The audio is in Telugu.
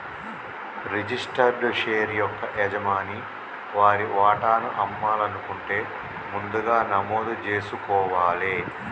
రిజిస్టర్డ్ షేర్ యొక్క యజమాని వారి వాటాను అమ్మాలనుకుంటే ముందుగా నమోదు జేసుకోవాలే